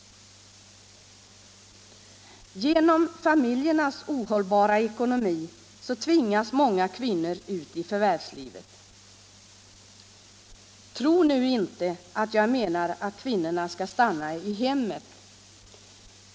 Genom familjernas ohållbara ekonomi tvingas många kvinnor ut i förvärvslivet. Tro nu inte att jag menar att kvinnorna skall stanna i hemmet.